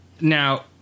Now